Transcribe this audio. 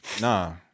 Nah